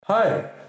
Hi